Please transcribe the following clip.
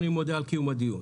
אני מודה על קיום הדיון.